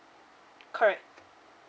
correct